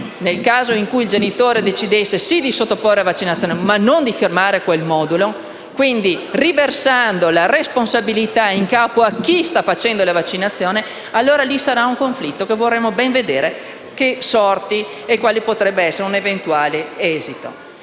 Nel caso in cui il genitore decidesse di sottoporre a vaccinazione, ma di non firmare quel modulo, riversando la responsabilità in capo a chi sta facendo la vaccinazione, allora vi sarà un conflitto che vorremo vedere quali sorti e quale eventuale esito